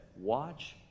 watch